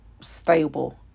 stable